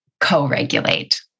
co-regulate